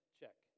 check